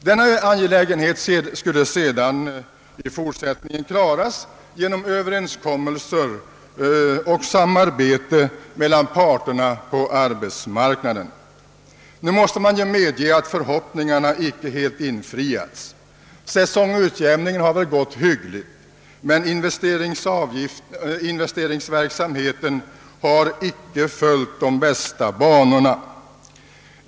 Denna angelägenhet skulle sedan i fortsättningen klaras genom Ööverenskommelser och samarbete mellan parterna på arbetsmarknaden. Nu måste det ju medges att förhoppningarna icke helt infriats. Säsongutjämningen har väl gått hyggligt, men investeringsverksamheten har inte följt de bästa banorna.